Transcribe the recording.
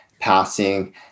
passing